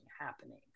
happening